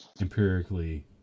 empirically